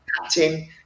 captain